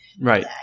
right